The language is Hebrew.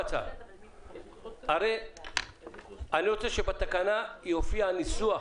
אני רוצה שבתקנה יופיע ניסוח: